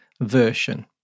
version